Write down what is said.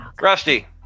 rusty